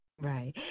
Right